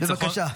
בבקשה.